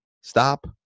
stop